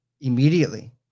immediately